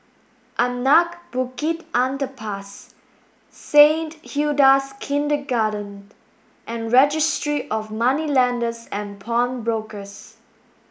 Anak Bukit Underpass Saint Hilda's Kindergarten and Registry of Moneylenders and Pawnbrokers